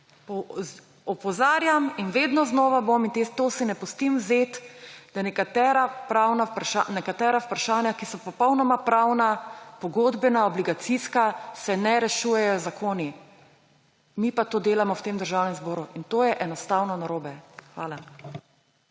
opozarjam in vedno znova bom in tega si ne pustim vzeti, da nekatera vprašanja, ki so popolnoma pravna, pogodbena, obligacijska, se ne rešujejo z zakoni. Mi pa to delamo v tem državnem zboru. To je enostavno narobe. Hvala.